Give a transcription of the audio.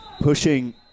pushing